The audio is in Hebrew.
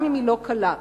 גם היא לא קלה.